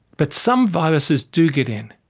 but some viruses do get in,